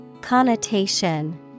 Connotation